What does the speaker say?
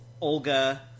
Olga